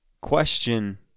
question